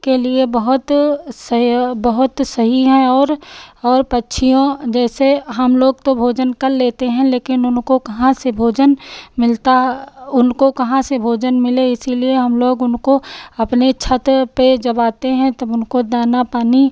के लिए बहुत से बहुत सही हैं और और पक्षियों जैसे हम लोग तो भोजन कर लेते हैं लेकिन उनको कहाँ से भोजन मिलता उनको कहाँ से भोजन मिले इसीलिए हम लोग उनको अपने छत पर जब आते हैं तब उनको दाना पानी